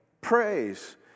praise